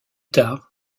tard